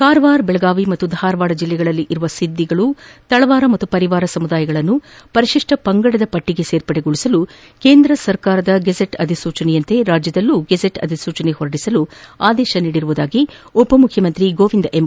ಕಾರವಾರ ಮತ್ತು ಬೆಳಗಾವಿ ಮತ್ತು ಧಾರವಾಡ ಜಿಲ್ಲೆಗಳಲ್ಲಿರುವ ಸಿದ್ದಿಗಳು ತಳವಾರ ಮತ್ತು ಪರಿವಾರ ಸಮುದಾಯಗಳನ್ನು ಪರಿಶಿಷ್ಲ ಪಂಗಡದ ಪಟ್ಟಿಗೆ ಸೇರ್ಪಡೆಗೊಳಿಸಲು ಕೇಂದ್ರ ಸರ್ಕಾರದ ಗೆಝೆಟ್ ಅಧಿಸೂಚನೆಯಂತೆ ರಾಜ್ಯದಲ್ಲೂ ಗೆಝೆಟ್ ಅಧಿಸೂಚನೆ ಹೊರಡಿಸಲು ಆದೇತಿಸಲಾಗಿದೆ ಎಂದು ಉಪಮುಖ್ಖಮಂತ್ರಿ ಗೋವಿಂದ್ ಎಂ